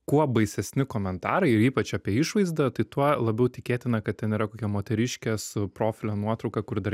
kuo baisesni komentarai ir ypač apie išvaizdą tai tuo labiau tikėtina kad ten yra kokia moteriškės profilio nuotrauka kur dar